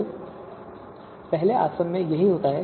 तो पहले आसवन में यही होता है